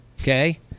okay